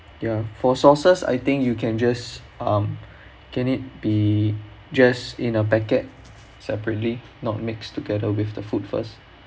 ya for sauces I think you can just um can it be just in a packet separately not mixed together with the food first